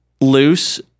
loose